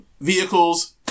vehicles